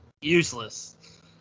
Useless